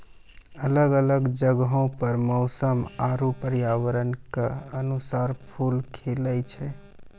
अलग अलग जगहो पर मौसम आरु पर्यावरण क अनुसार फूल खिलए छै